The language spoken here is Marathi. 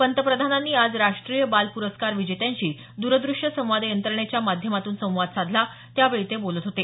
पंतप्रधानांनी आज राष्ट्रीय बाल प्रस्कार विजेत्यांशी दरदृश्य संवाद यंत्रणेच्या माध्यमातून संवाद साधला त्यावेळी ते बोलत होते